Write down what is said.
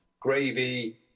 Gravy